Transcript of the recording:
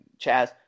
Chaz